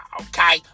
okay